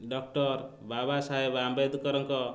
doctor Baba Saheb ଆମ୍ବେଦକରଙ୍କ